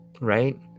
right